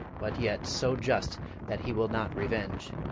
but yet so just that he will not revenge.